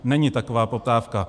Není taková poptávka.